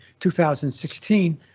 2016